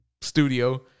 studio